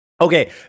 okay